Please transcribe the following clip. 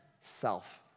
self